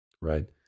right